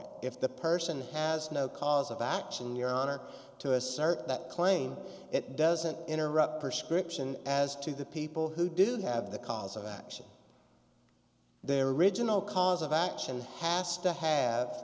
it if the person has no cause of action your honor to assert that claim it doesn't interrupt her scription as to the people who didn't have the cause of action their original cause of action hast to have